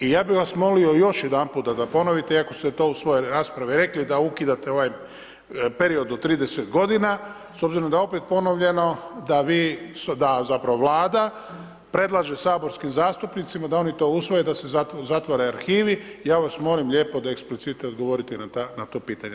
I ja bi vas molio još jedanput da ponovite, iako ste to u svojoj raspravi rekli da ukidate ovaj period od 30 godina s obzirom da je opet ponovljeno da vi, zapravo da Vlada predlaže saborskim zastupnicima da oni to usvoje da se zatvore arhivi, ja vas molim lijepo da eksplicite odgovorite na to pitanja.